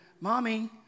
Mommy